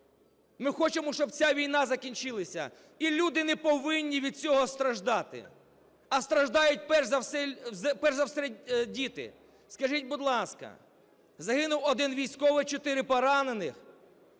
ми хочемо, щоб ця війна закінчилася, і люди не повинні від цього страждати, а страждають перш за все діти. Скажіть, будь ласка, загинув один військовий, чотири – поранених.